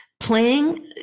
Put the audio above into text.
Playing